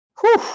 Whew